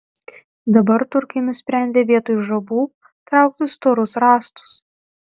dabar turkai nusprendė vietoj žabų traukti storus rąstus